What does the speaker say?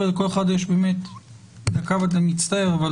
לכל אחד יש דקה, אני מצטער.